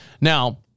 Now